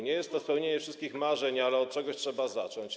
Nie jest to spełnienie wszystkich marzeń, ale od czegoś trzeba zacząć.